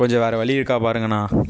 கொஞ்சம் வேறே வழி இருக்கா பாருங்கண்ணா